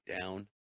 down